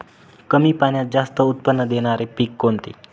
कमी पाण्यात जास्त उत्त्पन्न देणारे पीक कोणते?